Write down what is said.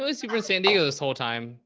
really super in san diego this whole time.